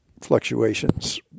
fluctuations